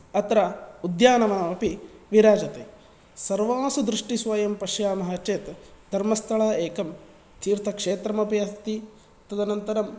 अत्र उद्यानवनमपि विराजते सर्वासु दृष्टिषु वयं पश्यामः चेत् धर्मस्थला एकं तीत्रक्षेत्रम् अपि अस्ति तदनन्तरं